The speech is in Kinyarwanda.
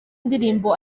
indirimbo